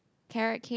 carrot-cake